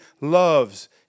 loves